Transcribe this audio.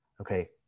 Okay